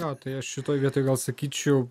palatoje šitoje vietoj gal sakyčiau